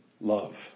love